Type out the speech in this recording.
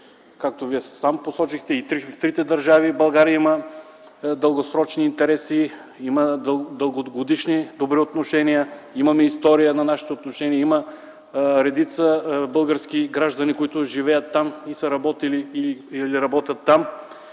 както Вие сам посочихте, че и с трите държави България има дългосрочни интереси, има дългогодишни добри отношения, имаме история на нашите отношения, имаме редица български граждани, които живеят там – работили са и работят там.